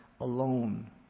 alone